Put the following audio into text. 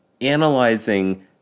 analyzing